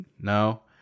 No